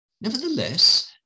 Nevertheless